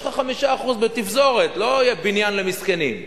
יש לך 5% בתפזורת, לא יהיה בניין למסכנים,